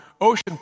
Ocean